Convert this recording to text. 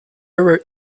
wrote